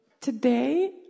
today